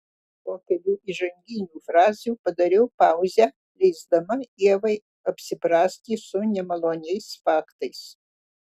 po kelių įžanginių frazių padariau pauzę leisdama ievai apsiprasti su nemaloniais faktais